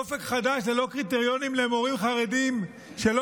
באופק חדש ללא קריטריונים למורים חרדים שלא